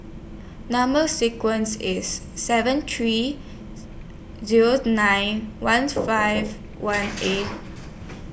Number sequence IS seven three Zero nine one five one eight